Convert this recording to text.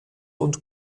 und